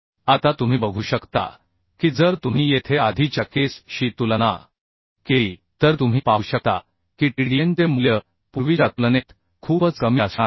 आता तुम्ही बघू शकता की जर तुम्ही येथे आधीच्या केस शी तुलना केली तर तुम्ही पाहू शकता की Tdn चे मूल्य पूर्वीच्या तुलनेत खूपच कमी असणार आहे